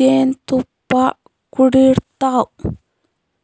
ಜೇನ್ತುಪ್ಪಾ ಕುಡಿಡ್ತಾವ್